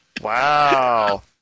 Wow